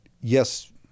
yes